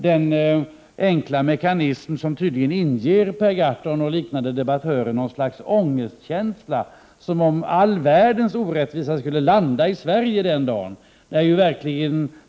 Denna enkla mekanism inger tydligen Per Gahrton och liknande debattörer något slags ångestkänsla, som om all världens orättvisa skulle landa i Sverige den dagen.